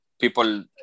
people